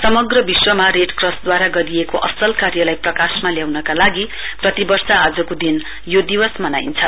समग्र विश्वमा रेडक्रसद्वारा गरिएको असल कार्यलाई प्रकाश ल्याउनका लागि प्रतिवर्ष आजको दिन यो दिवस मनाइन्छ